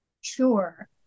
Sure